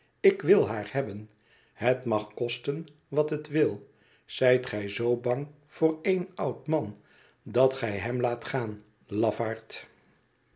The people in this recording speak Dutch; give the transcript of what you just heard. ik wil haar hebben het mag kosten wat het wil zijt gij z bang voor één oud man dat gij hem laat gaan lafaard